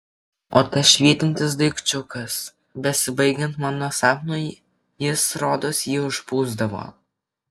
o tas švytintis daikčiukas besibaigiant mano sapnui jis rodos jį užpūsdavo